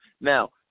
Now